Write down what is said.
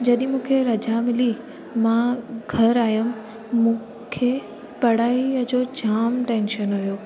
जॾहिं मूंखे रज़ा मिली मां घर आयमि मूंखे पढ़ाईअ जो जाम टैंशन हुयो